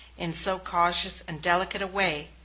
in so cautious and delicate a way,